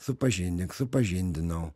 supažindink supažindino